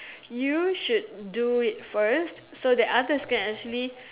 you should do it first so that others can actually